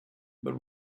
but